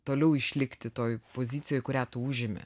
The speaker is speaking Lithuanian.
toliau išlikti toj pozicijoj kurią tu užimi